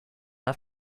have